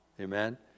Amen